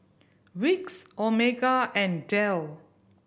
Vicks Omega and Dell